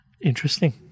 Interesting